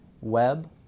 web